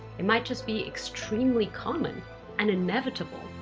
it might just be extremely common and inevitable,